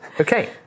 Okay